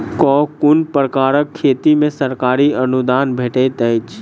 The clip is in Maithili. केँ कुन प्रकारक खेती मे सरकारी अनुदान भेटैत अछि?